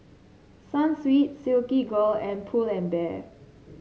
Sunsweet Silkygirl and Pull and Bear